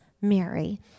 Mary